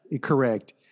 Correct